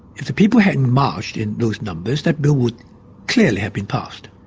if the people hadn't marched in those numbers, that bill would clearly have been passed,